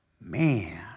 man